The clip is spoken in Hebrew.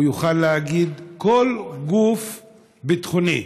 הוא יוכל להגיד כל גוף ביטחוני,